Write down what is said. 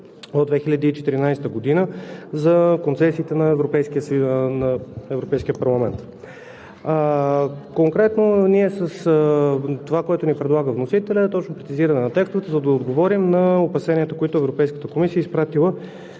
от 2014 г. за концесиите на Европейския парламент. Конкретно. Това, което ни предлага вносителят, е точно прецизиране на текстовете, за да отговорим на опасенията, които Европейската комисия е изпратила